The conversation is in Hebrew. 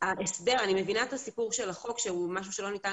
אני מבינה את הסיפור של החוק שזה משהו שלא ניתן